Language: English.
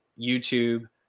YouTube